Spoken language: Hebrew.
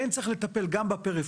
כן צריך לטפל גם בפריפריה,